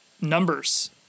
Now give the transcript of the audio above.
numbers